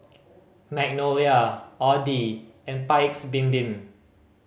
Magnolia Audi and Paik's Bibim